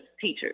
teachers